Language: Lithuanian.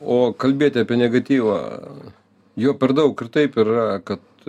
o kalbėti apie negatyvą jau per daug ir taip yra kad